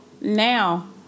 now